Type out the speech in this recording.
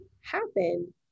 happen